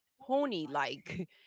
pony-like